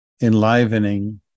enlivening